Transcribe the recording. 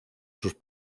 sus